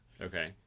okay